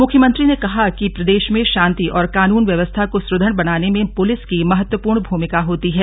मुख्यमंत्री ने कहा कि प्रदेश में शांति और कानून व्यवस्था को सुदृढ़ बनाने में पुलिस की महत्वपूर्ण भूमिका होती है